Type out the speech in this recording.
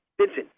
Vincent